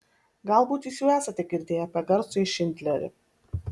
galbūt jūs jau esate girdėję apie garsųjį šindlerį